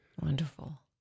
Wonderful